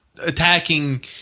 attacking